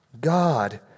God